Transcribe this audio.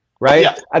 right